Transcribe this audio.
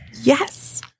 Yes